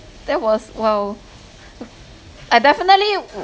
that was !wow! I definitely would